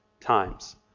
times